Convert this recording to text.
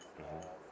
mmhmm